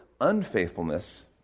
unfaithfulness